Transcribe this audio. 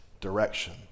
direction